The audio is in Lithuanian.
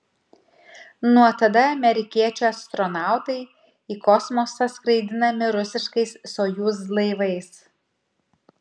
nuo tada amerikiečių astronautai į kosmosą skraidinami rusiškais sojuz laivais